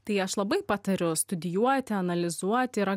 tai aš labai patariu studijuoti analizuoti tai yra